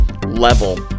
Level